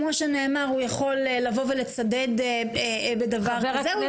הוא יכול לצדד בדבר אחר והוא יכול לבקר דבר אחר.